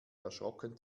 erschrocken